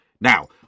Now